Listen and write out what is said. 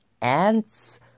ants